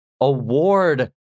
award